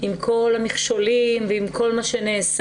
עם כל המכשולים ועם כל מה שנעשה.